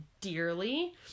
dearly